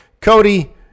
Cody